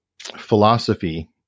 philosophy